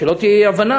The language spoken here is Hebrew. שלא תהיה אי-הבנה.